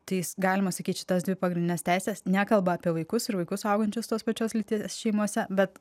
tai jis galima sakyt šitas dvi pagrindines teises nekalba apie vaikus ir vaikus augančius tos pačios lyties šeimose bet